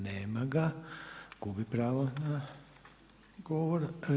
Nema ga, gubi pravo na govor.